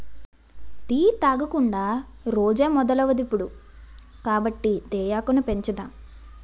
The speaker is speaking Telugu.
టీ తాగకుండా రోజే మొదలవదిప్పుడు కాబట్టి తేయాకును పెంచుదాం